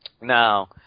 now